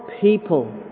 people